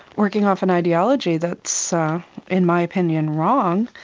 working off an ideology that's so in my opinion wrong.